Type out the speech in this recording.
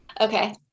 Okay